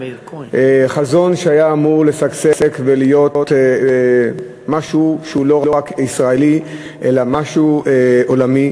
חזון שהיה אמור לשגשג ולהיות משהו שהוא לא רק ישראלי אלא משהו עולמי.